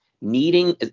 needing